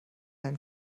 herrn